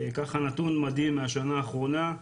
ככה נתון מדהים מהשנה האחרונה,